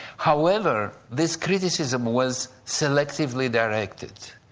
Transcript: however, this criticism was selectively directed.